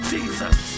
Jesus